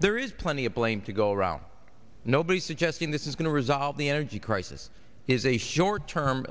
there is plenty of blame to go around nobody suggesting this is going to resolve the energy crisis is a short term